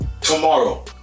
tomorrow